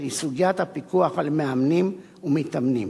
היא סוגיית הפיקוח על מאמנים ומתאמנים.